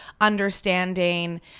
understanding